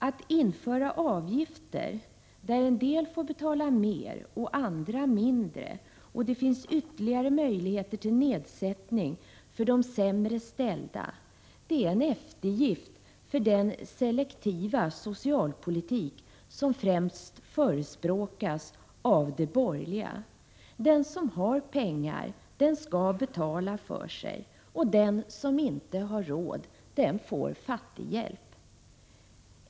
Att införa avgifter, där en del får betala mer och andra mindre och det finns ytterligare möjligheter till nedsättning för de sämre ställda, är en eftergift för den selektiva socialpolitik som främst förespråkas av de borgerliga. Den som har pengar skall betala för sig och den som inte har råd får fattighjälp.